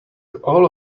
all